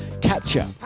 Capture